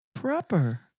proper